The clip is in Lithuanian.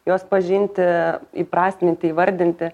juos pažinti įprasminti įvardinti